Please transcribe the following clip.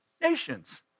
nations